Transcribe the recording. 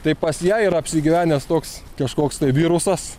tai pas ją yra apsigyvenęs toks kažkoks virusas